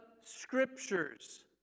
scriptures